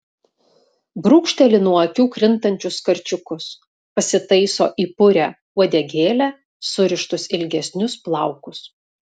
brūkšteli nuo akių krintančius karčiukus pasitaiso į purią uodegėlę surištus ilgesnius plaukus